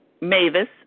Mavis